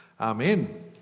Amen